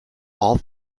all